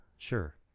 Sure